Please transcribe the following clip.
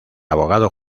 abogado